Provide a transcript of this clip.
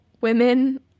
women